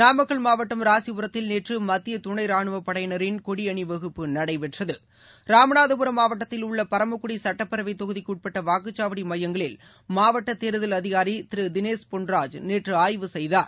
நாமக்கல் மாவட்டம் ராசிபுரத்தில் நேற்றுமத்தியதுணைராணுவப் படையினரின் கொடிஅணிவகுப்பு நடைபெற்றது ராமநாதபுரம் மாவட்டத்தில் உள்ளபரமக்குடிசட்டப்பேரவைத் தொகுதிக்குஉட்பட்டவாக்குச்சாவடிமையங்களில் மாவட்டதேர்தல் பொன்ராஜ் நேற்றஆய்வு செய்தார்